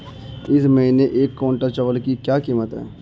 इस महीने एक क्विंटल चावल की क्या कीमत है?